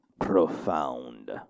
Profound